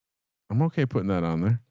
i'm okay. putting that on there.